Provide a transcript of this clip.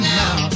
now